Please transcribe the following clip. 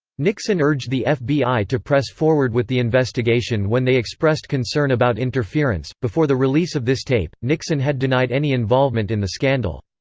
nixon urged the fbi to press forward with the investigation when they expressed concern about interference before the release of this tape, nixon had denied any involvement in the scandal.